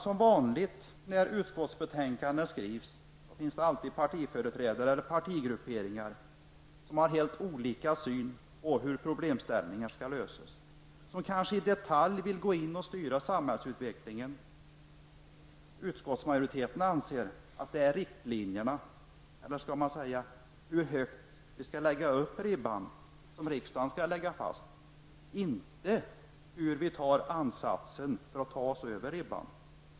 Som vanligt när utskottsbetänkanden skrivs har det i detta fall från olika håll förts fram helt olika synpunkter på hur problemen skall lösas, bl.a. genom en detaljstyrning av samhällsutvecklingen. Utskottsmajoriteten anser att riksdagen skall lägga fast riktlinjerna -- ange hur högt vi skall lägga upp ribban, inte hur vi skall ta ansatsen för att kunna ta oss över ribban.